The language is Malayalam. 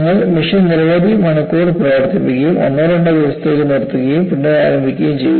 നിങ്ങൾ മെഷീൻ നിരവധി മണിക്കൂർ പ്രവർത്തിപ്പിക്കുകയും ഒന്നോ രണ്ടോ ദിവസത്തേക്ക് നിർത്തുകയും പുനരാരംഭിക്കുകയും ചെയ്യുക